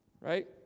Right